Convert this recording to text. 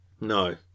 No